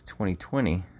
2020